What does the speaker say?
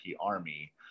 army